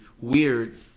weird